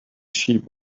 sheep